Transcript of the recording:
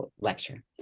lecture